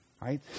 Right